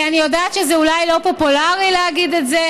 אני יודעת שזה אולי לא פופולרי להגיד את זה,